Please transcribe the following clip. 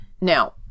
Now